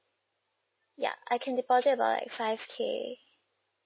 ya I can deposit about like five K